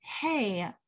Hey